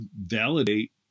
validate